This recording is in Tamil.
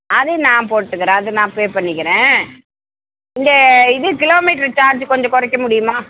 அது நான் போட்டுக்கிறேன் அது நான் பே பண்ணிக்கிறேன் இந்த இது கிலோமீட்டர் சார்ஜு கொஞ்சம் குறைக்க முடியுமா